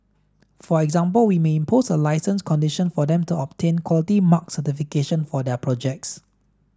for example we may impose a licence condition for them to obtain Quality Mark certification for their projects